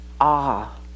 awe